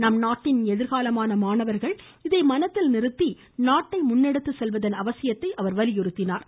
நம் நாட்டின் எதிர்காலமான மாணவர்கள் இதை மனதில் நிறுத்தி நாட்டை முன்னெடுத்துச்செல்வதன் அவசியத்தை அவர் வலியுறுத்தினார்